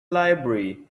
library